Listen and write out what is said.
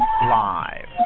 live